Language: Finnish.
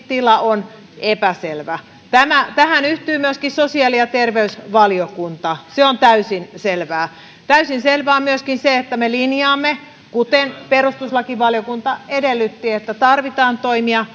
tila on epäselvä tähän yhtyy myöskin sosiaali ja terveysvaliokunta se on täysin selvää täysin selvää on myöskin se että me linjaamme niin kuten perustuslakivaliokunta edellytti että tarvitaan toimia